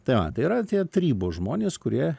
tai va tai yra tie tarybos žmonės kurie